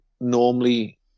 normally